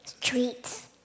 treats